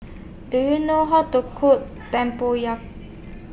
Do YOU know How to Cook Tempoyak